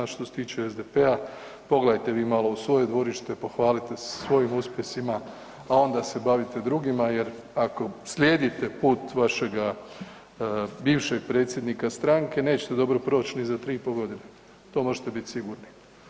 A što se tiče SDP-a pogledajte vi malo u svoje dvorište, pohvalite se sa svojim uspjesima, a onda se bavite drugima jer ako slijedite put vašega bivšeg predsjednika stranke nećete dobro proći ni za 3,5 godine, to možete biti sigurni.